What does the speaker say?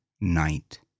night